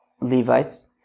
Levites